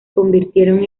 convirtieron